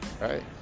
right